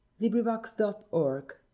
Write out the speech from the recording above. LibriVox.org